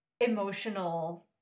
emotional